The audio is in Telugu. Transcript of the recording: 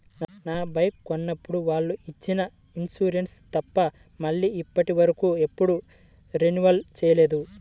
నా బైకు కొన్నప్పుడు వాళ్ళు ఇచ్చిన ఇన్సూరెన్సు తప్ప మళ్ళీ ఇప్పటివరకు ఎప్పుడూ రెన్యువల్ చేయలేదు